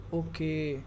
okay